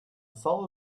saw